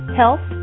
health